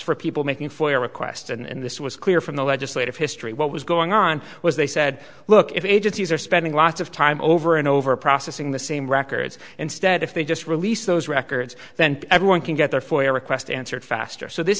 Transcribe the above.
for people making for a request and this was clear from the legislative history what was going on was they said look if agencies are spending lots of time over and over processing the same records instead if they just release those records then everyone can get their for our request answered faster so this